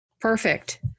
Perfect